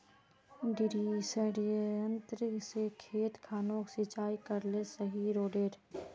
डिरिपयंऋ से खेत खानोक सिंचाई करले सही रोडेर?